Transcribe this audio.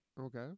Okay